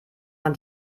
man